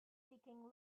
seeking